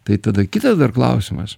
tai tada kitas dar klausimas